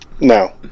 No